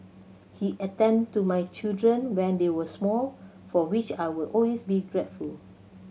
he attended to my children when they were small for which I will always be grateful